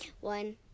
One